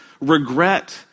regret